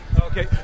Okay